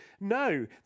No